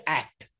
act